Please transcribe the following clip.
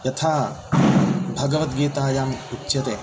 यथा भगवद्गीतायाम् उच्यते